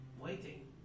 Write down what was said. waiting